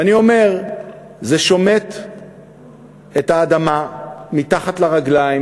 אני אומר שזה שומט את האדמה מתחת לרגליים